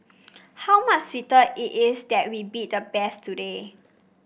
how much sweeter it is that we beat the best today